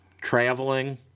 traveling